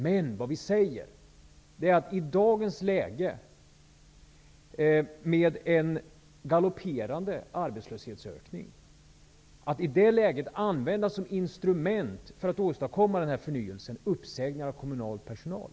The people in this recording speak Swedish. Men vad vi säger är att vi inte tror på att i dagens läge, med en galopperande arbetslöshetsökning, som instrument för att åstadkomma denna förnyelse använda uppsägningar av kommunal personal.